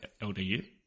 LDU